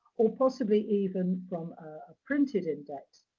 or possibly even from a printed index,